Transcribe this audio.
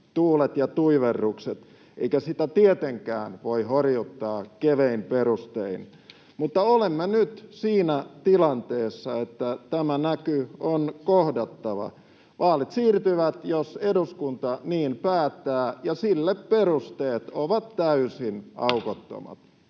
tuulet ja tuiverrukset, eikä sitä tietenkään voi horjuttaa kevein perustein, mutta olemme nyt siinä tilanteessa, että tämä näky on kohdattava. Vaalit siirtyvät, jos eduskunta niin päättää, ja sille perusteet ovat täysin aukottomat.